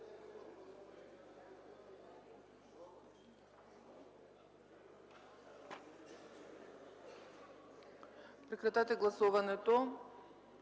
Прекратете гласуването,